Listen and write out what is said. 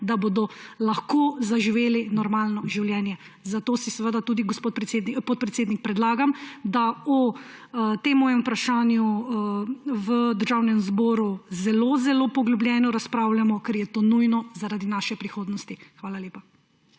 da bodo lahko zaživeli normalno življenje. Gospod podpredsednik, predlagam, da o tem mojem vprašanju v Državnem zboru zelo zelo poglobljeno razpravljamo, ker je to nujno zaradi naše prihodnosti. Hvala lepa.